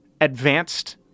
advanced